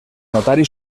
notari